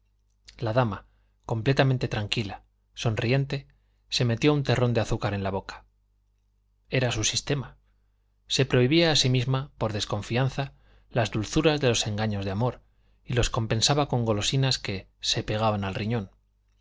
la dama completamente tranquila sonriente se metió un terrón de azúcar en la boca era su sistema se prohibía a sí misma por desconfianza las dulzuras de los engaños de amor y los compensaba con golosinas que se pegaban al riñón